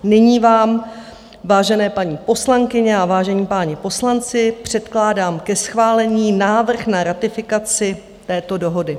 Nyní vám, vážené paní poslankyně a vážení páni poslanci, předkládám ke schválení návrh na ratifikaci této dohody.